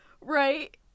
right